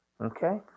Okay